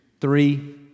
three